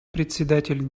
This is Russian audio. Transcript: председатель